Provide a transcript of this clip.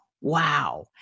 wow